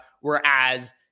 whereas